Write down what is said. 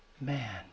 Man